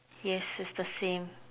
yes is the same